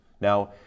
Now